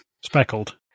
speckled